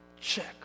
check